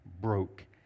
broke